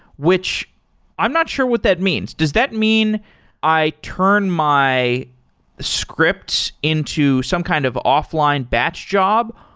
which i'm not sure what that means. does that mean i turn my scripts into some kind of offline batch job,